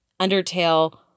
undertale